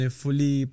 fully